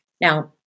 Now